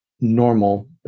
normal